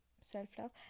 self-love